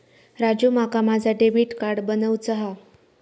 राजू, माका माझा debit card बनवूचा हा